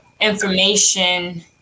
information